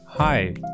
Hi